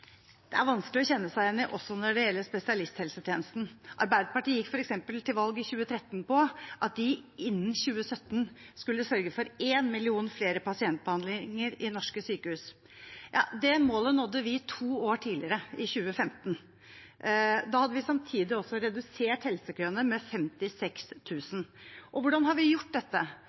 Det er vanskelig å kjenne seg igjen i også når det gjelder spesialisthelsetjenesten. Arbeiderpartiet gikk f.eks. til valg i 2013 på at de innen 2017 skulle sørge for én million flere pasientbehandlinger i norske sykehus. Det målet nådde vi to år tidligere, i 2015. Da hadde vi samtidig også redusert helsekøene med 56 000. Hvordan har vi gjort dette